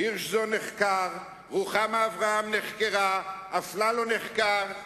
הירשזון נחקר, רוחמה אברהם נחקרה, אפללו נחקר.